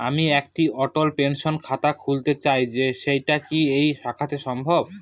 আমি একটি অটল পেনশন খাতা খুলতে চাই সেটা কি এই শাখাতে সম্ভব?